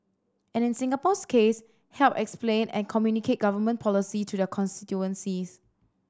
and in Singapore's case help explain and communicate Government policy to their constituencies